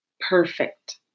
perfect